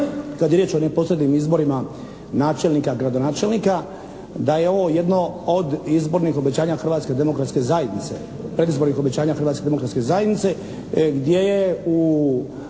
kad je riječ o neposrednim izborima načelnika, gradonačelnika da je ovo jedno od izbornih obećanja Hrvatske demokratske zajednice, predizbornih obećanja Hrvatske demokratske zajednice gdje je u